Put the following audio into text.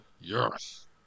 yes